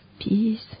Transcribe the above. peace